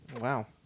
Wow